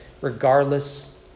regardless